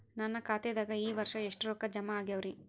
ನನ್ನ ಖಾತೆದಾಗ ಈ ವರ್ಷ ಎಷ್ಟು ರೊಕ್ಕ ಜಮಾ ಆಗ್ಯಾವರಿ?